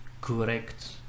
correct